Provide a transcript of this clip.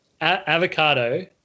avocado